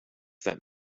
that